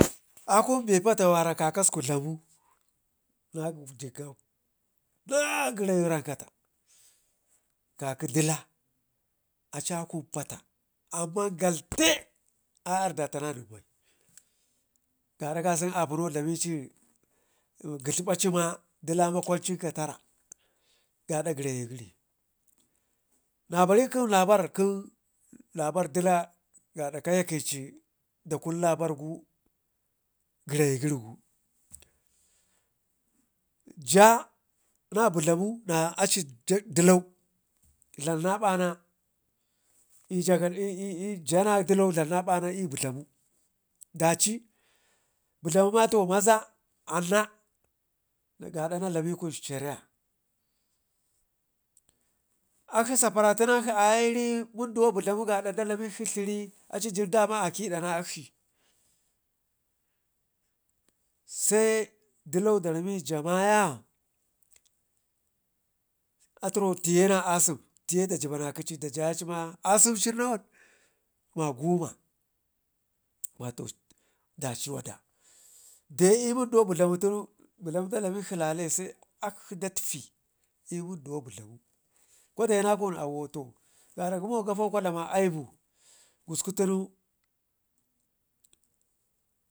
Akun be pata wara kakasku dlamu na jigab na gərayu rankata, kakidila aci akun pata amman galte a yarda ta na nen bai, gada kasən apuno dlamici gidla bacima dila makwancin ka tara gada gərayu gəri nabari kəm labar ƙə labar dila gada ka yeƙənci labargu gərayi gəri gu, jaa na budlamu na aci dikau dlamna bana jaa na budlamu na aci dlau dlamna bana i'budlamu daci budlamu mato maza anna gaada na dlami kunsheria, akshi saparatinak shi aye iri munduwa budlamu kada da dlamikshi zhiri acu jin dama a kədana akshi, se dilo da rami jaa maya aturo tiye na a sim tiye da jibana koci da joyaci ma asimci nawanma guma, mato daci wadade i'munduwa budlamu tunu budlamu da dlamkshi lalese akshi daktifi i'munduwa budlamu, kwadena kun auwo to gaada gumo gafau kwa dlama aipukusku tunu.